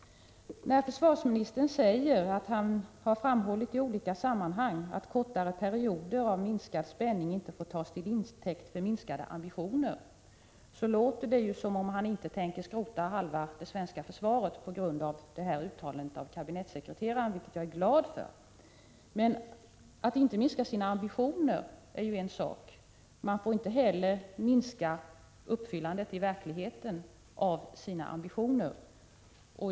När försvarsministern säger att han ”i olika sammanhang framhållit att kortare perioder av minskad spänning inte får tas till intäkt för minskade ambitioner”, låter det som om han inte tänker skrota halva svenska försvaret på grund av uttalandet av kabinettssekreteraren, vilket jag är glad för. Men att inte minska sina ambitioner är en sak. Man får inte heller minska uppfyllandet i verkligheten av sina ambitioner.